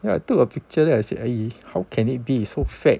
yeah I took a picture then I said I how can it be so fat